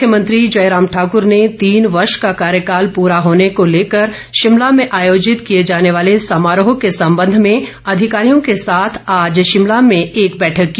मुख्यमंत्री जयराम ठाकूर ने तीन वर्ष का कार्यकाल पूरा होने को लेकर शिमला में आयोजित किए जाने वाले समारोह के संबंध में अधिकारियों के साथ आज शिमला में एक बैठक की